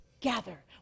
gather